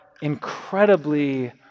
incredibly